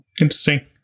Interesting